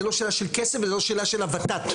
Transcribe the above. זה לא שאלה של כסף ולא שאלה של ה-ות"ת,